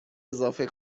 اضافه